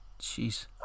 jeez